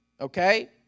okay